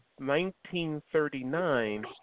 1939